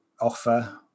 offer